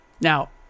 Now